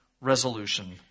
resolution